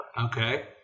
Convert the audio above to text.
Okay